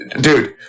Dude